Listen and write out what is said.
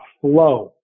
flow